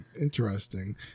Interesting